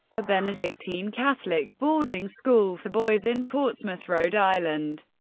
a benedictine catholic boarding school for boys in portsmouth, rhode island,